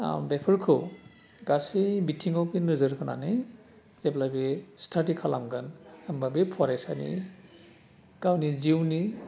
आम बेफोरखौ गासै बिथिङाबो नोजोर होनानै जेब्ला बे स्टाडि खालामगोन होमबा बे फरायसानि गावनि जिउनि